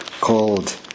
called